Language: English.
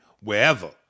wherever